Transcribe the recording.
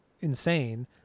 insane